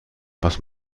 was